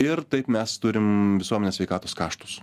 ir taip mes turim visuomenės sveikatos kaštus